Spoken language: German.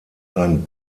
ein